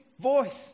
voice